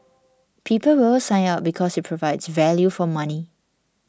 people will sign up because it provides value for money